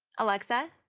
alexa,